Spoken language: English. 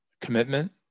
commitment